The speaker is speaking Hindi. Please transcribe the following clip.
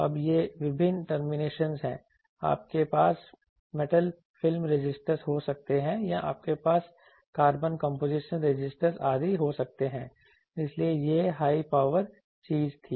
अब ये विभिन्न टर्मिनेशनस हैं आपके पास मेटल फिल्म रेसिस्टर्स हो सकते हैं या आपके पास कार्बन कंपोजिशन रेसिस्टर्स आदि हो सकते हैं इसलिए यह हाई पावर चीज थी